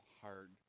hard